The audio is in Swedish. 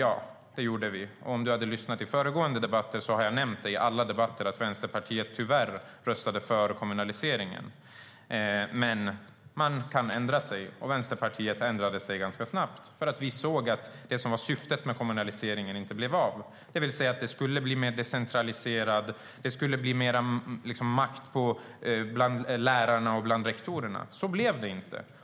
Om Stefan Jakobsson hade lyssnat på föregående debatter hade han hört att jag nämnt i alla debatter att Vänsterpartiet tyvärr röstade för kommunaliseringen. Men man kan ändra sig. Vänsterpartiet ändrade sig ganska snabbt. Vi såg att det som var syftet med kommunaliseringen inte blev av. Det skulle bli mer decentraliserat. Det skulle bli mer makt åt lärarna och rektorerna. Så blev det inte.